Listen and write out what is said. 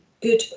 good